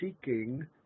seeking